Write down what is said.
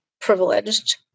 privileged